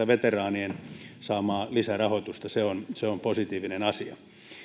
veteraanien saamaa lisärahoitusta se on se on positiivinen asia